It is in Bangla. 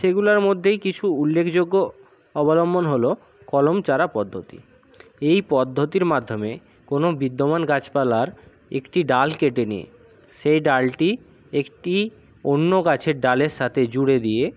সেগুলার মধ্যেই কিছু উল্লেখযোগ্য অবলম্বন হল কলম চারা পদ্ধতি এই পদ্ধতির মাধ্যমে কোনো বিদ্যমান গাছপালার একটি ডাল কেটে নিয়ে সেই ডালটি একটি অন্য গাছের ডালের সাথে জুড়ে দিয়ে